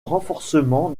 renforcement